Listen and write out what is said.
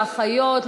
לאחיות,